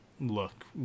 look